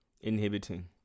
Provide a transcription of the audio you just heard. inhibiting